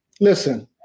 Listen